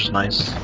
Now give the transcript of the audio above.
nice